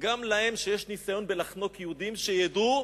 גם הם, שיש להם ניסיון בלחנוק יהודים, ידעו: